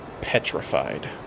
petrified